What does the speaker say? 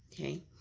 okay